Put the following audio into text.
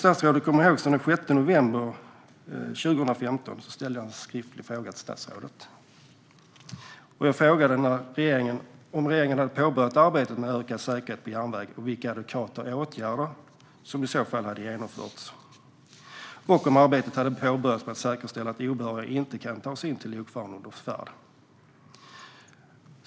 Statsrådet kanske kommer ihåg att jag ställde en skriftlig fråga den 6 november 2015. Jag frågade om regeringen hade påbörjat arbetet med ökad säkerhet på järnväg och vilka adekvata åtgärder som i så fall hade genomförts, samt om arbetet med att säkerställa att obehöriga inte kan ta sig in till lokföraren under färd hade påbörjats.